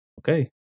okay